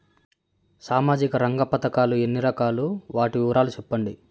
సామాజిక రంగ పథకాలు ఎన్ని రకాలు? వాటి వివరాలు సెప్పండి